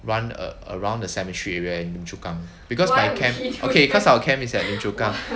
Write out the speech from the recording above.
run around the cemetery area in lim chu kang because my camp okay cause our camp is at lim chu kang